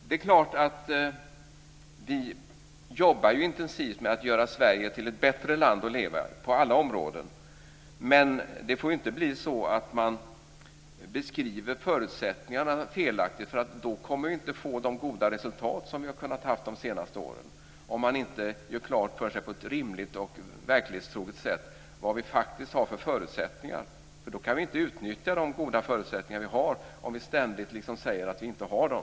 Det är klart att vi jobbar intensivt med att göra Sverige till ett bättre land att leva i på alla områden. Men det får inte bli så att man beskriver förutsättningarna felaktigt. Om man inte på ett rimligt och verklighetstroget sätt gör klart för sig vad vi faktiskt har för förutsättningar, så kommer vi inte att få de goda resultat som vi har haft under de senaste åren. Vi kan inte utnyttja de goda förutsättningar som vi har om vi ständigt säger att vi inte har dem.